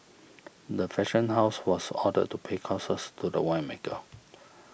the fashion house was ordered to pay costs to the winemaker